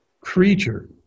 creature